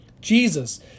Jesus